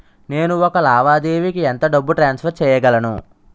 నేను ఒక లావాదేవీకి ఎంత డబ్బు ట్రాన్సఫర్ చేయగలను?